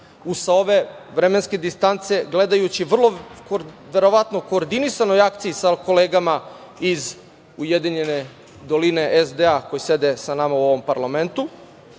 sa ove vremenske distance gledajući, vrlo verovatno koordinisanoj akciji sa kolegama iz „Ujedinjene doline SDA“ koji sede sa nama u ovom parlamentu,